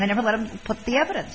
never let him put the evidence